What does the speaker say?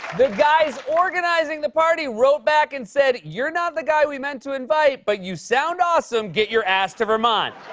the guys organizing the party wrote back and said, you're not the guy we meant to invite, but you sound awesome. get your ass to vermont.